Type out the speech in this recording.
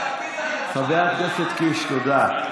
תודה.